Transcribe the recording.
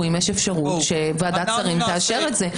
אם יש אפשרות שוועדת השרים תאשר את זה?